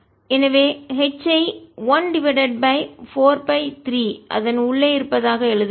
எனவே H ஐ 1 divided by 4 pi 3 அதன் உள்ளே இருப்பதாக எழுதுவேன்